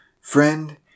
Friend